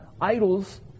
idols